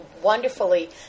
wonderfully